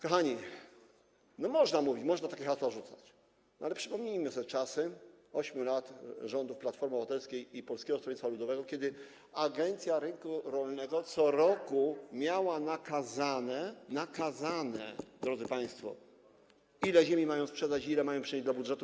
Kochani, można tak mówić, można takie hasła rzucać, ale przypomnijmy sobie czasem 8 lat rządów Platformy Obywatelskiej i Polskiego Stronnictwa Ludowego, kiedy Agencja Rynku Rolnego co roku miała nakazane - nakazane, drodzy państwo - ile ziemi ma sprzedać, ile ma przejść do budżetu.